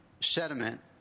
sediment